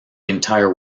entire